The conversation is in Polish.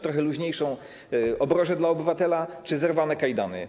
Trochę luźniejszą obrożę dla obywatela czy zerwane kajdany?